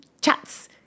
chats